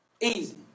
easy